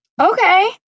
Okay